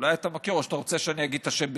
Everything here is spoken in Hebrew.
אולי אתה מכיר או שאתה רוצה שאני אגיד את השם בעברית?